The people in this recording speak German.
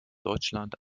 deutschland